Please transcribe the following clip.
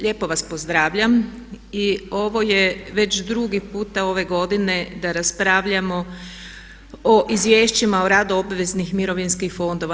Lijepo vas pozdravljam i ovo je već drugi puta ove godine da raspravljamo o izvješćima o radu obveznih mirovinskih fondova.